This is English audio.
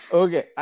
okay